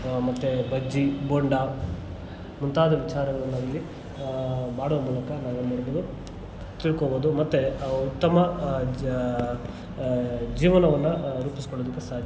ಮತ್ತೆ ಬಜ್ಜಿ ಬೋಂಡ ಮುಂತಾದ ವಿಚಾರಗಳನ್ನು ಇಲ್ಲಿ ಮಾಡುವ ಮೂಲಕ ನಾವೇನು ಮಾಡ್ಬೋದು ತಿಳ್ಕೊಬೋದು ಮತ್ತೆ ಉತ್ತಮ ಜೀವನವನ್ನು ರೂಪಿಸಿಕೊಳ್ಳುವುದಕ್ಕೆ ಸಾಧ್ಯ